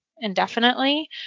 indefinitely